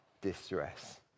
distress